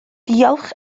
diolch